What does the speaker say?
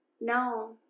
No